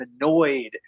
annoyed